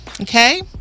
Okay